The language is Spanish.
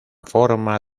forma